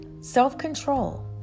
Self-control